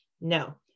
No